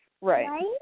Right